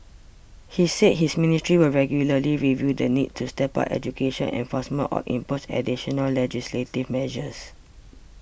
he said his ministry will regularly review the need to step up education enforcement or impose additional legislative measures